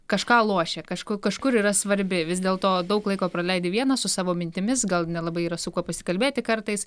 kažką lošia kažku kažkur yra svarbi vis dėlto daug laiko praleidi vienas su savo mintimis gal nelabai yra su kuo pasikalbėti kartais